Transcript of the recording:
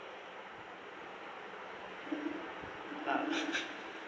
ah